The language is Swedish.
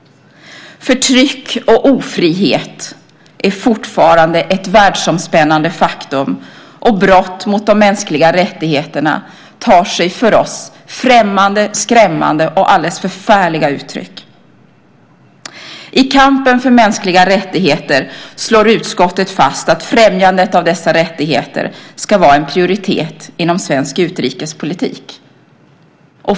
Förtryck och ofrihet är fortfarande ett världsomspännande faktum, och brott mot de mänskliga rättigheterna tar sig för oss främmande, skrämmande och alldeles förfärliga uttryck. I kampen för mänskliga rättigheter slår utskottet fast att främjandet av dessa rättigheter ska vara en prioritet inom svensk utrikespolitik.